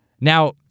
Now